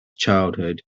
childhood